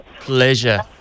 Pleasure